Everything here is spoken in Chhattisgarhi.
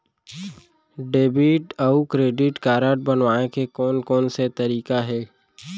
डेबिट अऊ क्रेडिट कारड बनवाए के कोन कोन से तरीका हे?